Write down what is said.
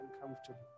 uncomfortable